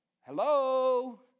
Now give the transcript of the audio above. hello